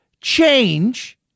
change